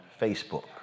facebook